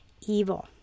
evil